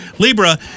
Libra